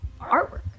artwork